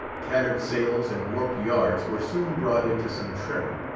tattered sails and warped yards were soon brought into some trim.